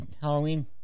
Halloween